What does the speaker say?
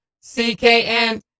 C-K-N